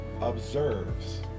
observes